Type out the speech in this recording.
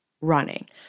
running